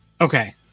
Okay